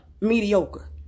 mediocre